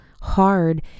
hard